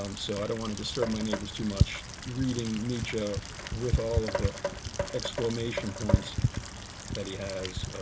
um so i don't want to disturb my neighbors too much, reading nietzsche ah with all of the exclamation points that he has.